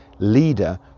leader